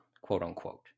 quote-unquote